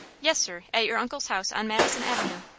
yes, sir. at your uncle's house on madison avenue.